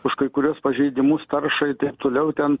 už kai kuriuos pažeidimus tašą ir taip toliau ten